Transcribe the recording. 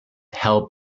help